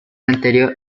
anterior